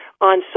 on